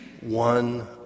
one